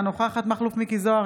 אינה נוכחת מכלוף מיקי זוהר,